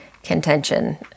Contention